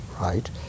right